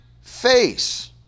face